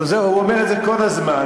הלוא הוא אומר את זה כל הזמן,